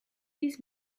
his